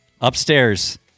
Upstairs